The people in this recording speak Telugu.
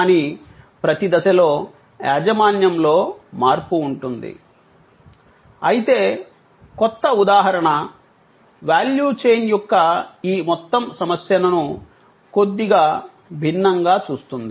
కానీ ప్రతి దశలో యాజమాన్యం లో మార్పు ఉంటుంది అయితే కొత్త ఉదాహరణ వాల్యూ చైన్ యొక్క ఈ మొత్తం సమస్యను కొద్దిగా భిన్నంగా చూస్తుంది